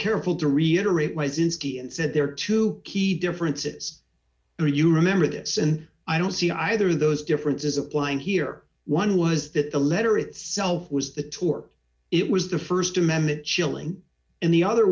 careful to reiterate was in ski and said there are two key differences are you remember this and i don't see either of those differences applying here one was that the letter itself was the tour it was the st amendment chilling and the other